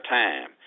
time